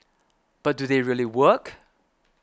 but do they really work